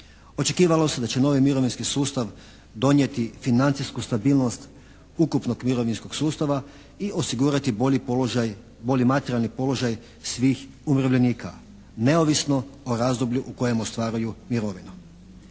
Očekivalo se da će novi mirovinski sustav donijeti financijsku stabilnost ukupnog mirovinskog sustava i osigurati bolji položaj, bolji materijalni položaj svih umirovljenika, neovisno o razdoblju u kojem ostvaruju mirovinu.